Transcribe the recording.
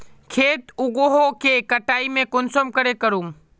खेत उगोहो के कटाई में कुंसम करे करूम?